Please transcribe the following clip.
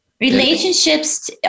Relationships